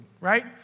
right